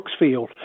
Brooksfield